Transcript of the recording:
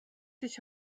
sich